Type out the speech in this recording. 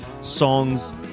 songs